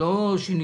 ולא שיניתי.